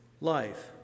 life